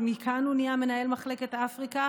ומכאן הוא נהיה מנהל מחלקת אפריקה,